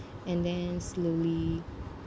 and then slowly